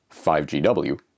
5GW